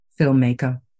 Filmmaker